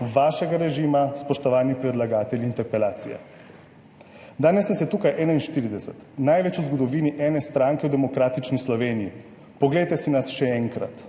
vašega režima, spoštovani predlagatelji interpelacije. Danes nas je tukaj 41, največ v zgodovini ene stranke v demokratični Sloveniji. Poglejte si nas še enkrat.